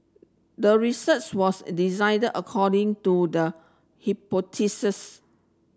the research was designed according to the hypothesis